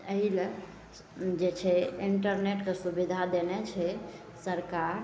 एहिलए जे छै इन्टरनेटके सुविधा देने छै सरकार